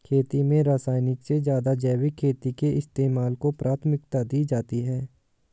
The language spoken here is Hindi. खेती में रासायनिक से ज़्यादा जैविक खेती के इस्तेमाल को प्राथमिकता दी जाती है